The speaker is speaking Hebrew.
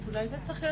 אולי זה צריך להיות